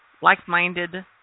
like-minded